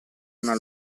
una